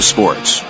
Sports